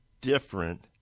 different